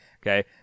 Okay